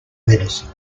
medicine